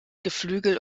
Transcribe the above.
geflügel